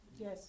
Yes